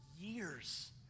years